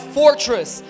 fortress